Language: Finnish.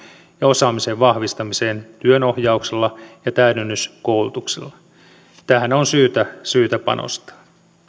ja osaamisen vahvistamiseen työnohjauksella ja täydennyskoulutuksella tähän on syytä syytä panostaa